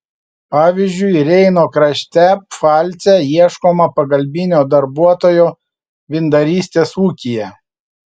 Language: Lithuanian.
pavyzdžiui reino krašte pfalce ieškoma pagalbinio darbuotojo vyndarystės ūkyje